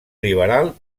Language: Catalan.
liberal